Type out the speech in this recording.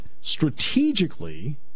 strategically